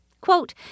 Quote